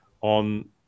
on